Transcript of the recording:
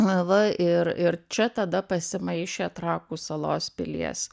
va ir ir čia tada pasimaišė trakų salos pilies